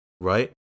right